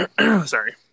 Sorry